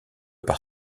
par